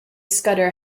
scudder